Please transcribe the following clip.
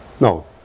no